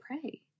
pray